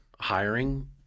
hiring